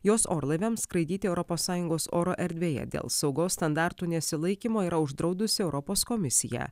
jos orlaiviams skraidyti europos sąjungos oro erdvėje dėl saugos standartų nesilaikymo yra uždraudusi europos komisija